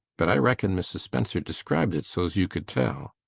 but i reckon mrs. spencer described it so's you could tell.